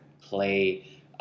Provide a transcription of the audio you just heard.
play